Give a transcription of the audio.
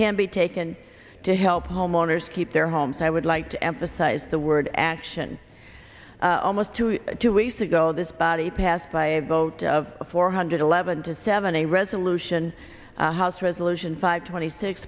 can be taken to help homeowners keep their homes i would like to emphasize the word action almost two two weeks ago this body passed by a vote of four hundred eleven to seven a resolution house resolution five twenty six